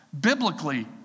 biblically